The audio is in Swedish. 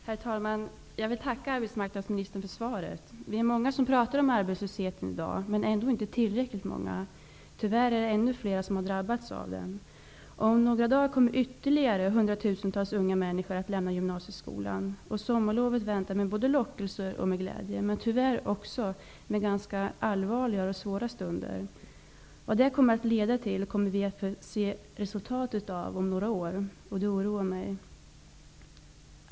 Herr talman! Jag vill tacka arbetsmarknadsministern för svaret. Vi är många som talar om arbetslösheten i dag -- men vi är inte tillräckligt många -- och tyvärr är det ännu fler som har drabbats av arbetslösheten. Om några dagar kommer ytterligare hundratusentals unga människor att lämna gymnasieskolan. Sommarlovet väntar med både lockelser och glädje men, tyvärr, också med ganska allvarliga och svåra stunder. Resultatet av det kommer vi att få se om några år. Detta oroar mig.